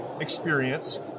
experience